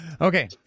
Okay